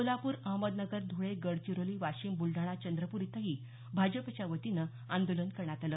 कोल्हापूर अहमदनगर धुळे गडचिरोली वाशिम बुलडाणा चंद्रपूर इथंही भाजपच्या वतीन आदोलन करण्यात आलं